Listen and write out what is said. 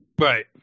Right